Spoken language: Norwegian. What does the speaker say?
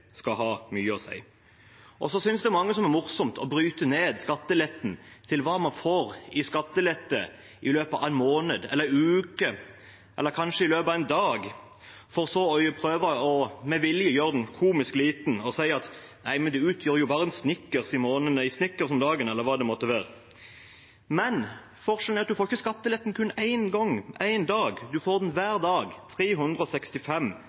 skal ha ganske god råd for at 11 000 kr ikke har mye å si. Mange synes det er morsomt å bryte ned skatteletten til hva man får i skattelette i løpet av en måned, eller en uke eller kanskje i løpet av en dag, for med vilje å prøve å gjøre den komisk liten, og si at den utgjør bare en Snickers om dagen, eller hva det måtte være. Men forskjellen er at man ikke får skatteletten kun én gang, kun én dag. Man får den hver dag, 365